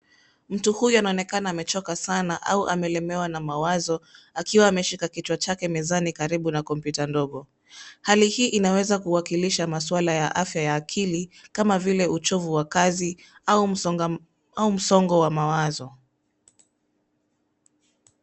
Mtu huyu anaonekana amechoka au amelemewa na mawazo, akiwa ameshika kichwa chake mezani, karibu na kompyuta ndogo. Hali hii inaweza kuwakilisha maswala ya afya ya akili kama vile, uchovu wa kazi au msongo wa mawazo.